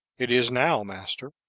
it is now, master.